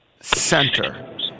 center